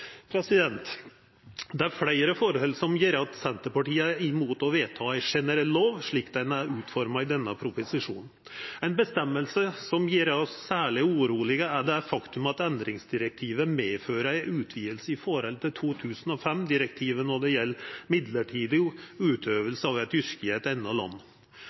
Det er fleire forhold som gjer at Senterpartiet er imot å vedta ei generell lov, slik ho er utforma i denne proposisjonen. Ei føresegn som gjer oss særleg urolege, er det faktum at endringsdirektivet medfører ei utviding i forhold til 2005-direktivet når det gjeld midlertidig utøving av eit yrke i eit anna land.